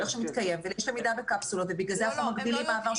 ולמידה בקפסולות ולכן אנחנו מגבילים.